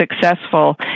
successful